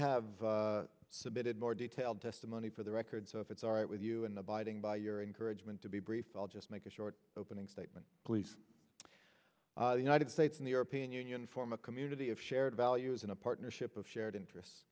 have submitted more detailed testimony for the record so if it's all right with you and abiding by your encouragement to be brief i'll just make a short opening statement please the united states and the r p n union form a community of shared values in a partnership of shared interests